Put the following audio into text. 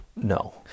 No